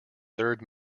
third